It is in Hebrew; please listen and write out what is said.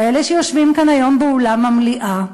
כאלה שיושבים כאן היום באולם המליאה,